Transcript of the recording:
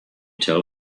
tell